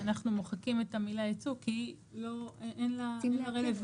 אנחנו מוחקים את המילה ייצוא כי אין לה רלוונטיות.